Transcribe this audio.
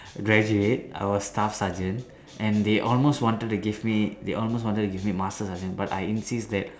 graduate I was staff sergeant and they almost wanted to give me they almost wanted to give me master sergeant but I insist that